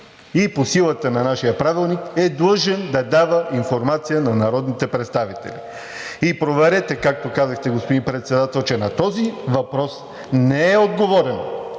и по силата на нашия Правилник е длъжен да дава информация на народните представители. И проверете, както казахте, господин Председател, че на този въпрос не е отговорено